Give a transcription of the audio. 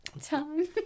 time